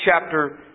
chapter